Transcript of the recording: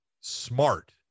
smart